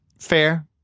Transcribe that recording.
Fair